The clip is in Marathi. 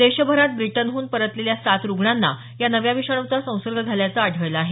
देशभरात ब्रिटनहून परतलेल्या सात रुग्णांना या नव्या विषाणूचा संसर्ग झाल्याचं आढळल आहे